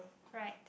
right